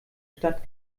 stadt